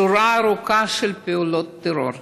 שורה ארוכה של פעולות טרור,